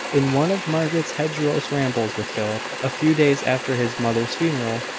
in one of margaret's hedgerow rambles with philip, a few days after his mother's funeral,